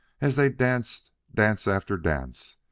as they danced dance after dance,